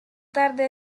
tarde